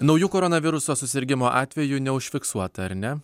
naujų koronaviruso susirgimo atvejų neužfiksuota ar ne